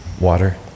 water